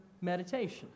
meditation